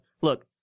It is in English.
look